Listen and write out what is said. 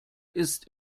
ist